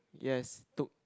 yes took